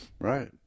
Right